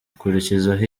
akurikizaho